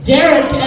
Derek